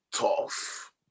tough